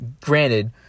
Granted